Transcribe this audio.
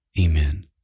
Amen